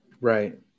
Right